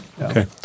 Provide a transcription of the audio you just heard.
Okay